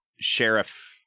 Sheriff